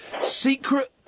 secret